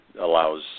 allows